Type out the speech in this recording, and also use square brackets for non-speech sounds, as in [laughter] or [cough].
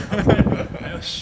[laughs]